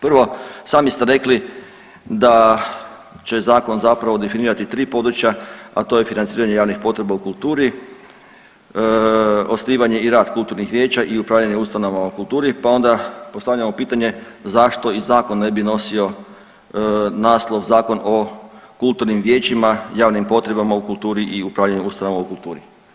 Prvo, sami ste rekli da će zakon zapravo definirati 3 područja, a to je financiranje javnih potreba u kulturi, osnivanje i rad kulturnih vijeća i upravljanje ustanovama u kulturi pa onda postavljamo pitanje zašto i zakon ne bi nosio naslov zakon o kulturnim vijećima, javnim potrebama u kulturi i upravljanju ustanova u kulturi.